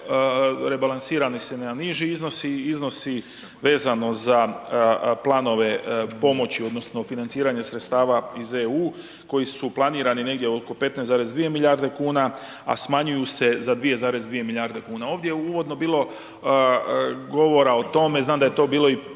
rebalansirani se na niži iznosi, iznosi vezano za planove pomoći odnosno financiranje sredstava iz EU koji su planirani negdje oko 15,2 milijarde kuna, a smanjuju se za 2,2 milijarde kuna. Ovdje je uvodno bilo govora o tome, znam da je to bilo i